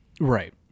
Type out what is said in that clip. Right